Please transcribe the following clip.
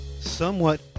somewhat